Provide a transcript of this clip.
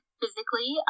physically